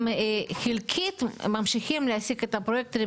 הם חלקית ממשיכים להעסיק את הפרויקטורים